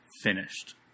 finished